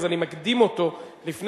אז אני מקדים אותו לפני.